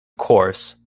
course